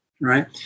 right